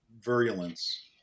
virulence